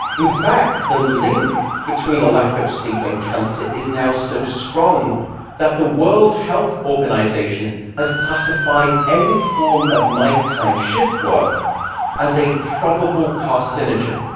in fact, the link between a lack of sleep and cancer is now so strong that the world health organization has classified any form of nighttime shift work as a probable carcinogen,